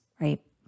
right